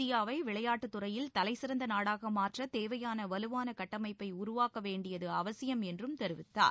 இந்தியாவை விளையாட்டுத் துறையில் தலைசிறந்த மாற்றத் தேவையான வலுவான கட்டமைப்பை உருவாக்க வேண்டியது அவசியம் என்றும் தெரிவித்தார்